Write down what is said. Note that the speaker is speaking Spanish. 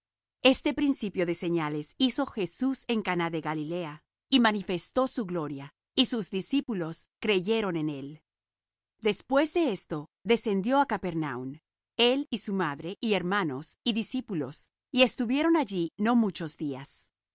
este principio de señales hizo jesús en caná de galilea y manifestó su gloria y sus discípulos creyeron en él después de esto descendió á capernaun él y su madre y hermanos y discípulos y estuvieron allí no muchos días